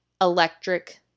Electric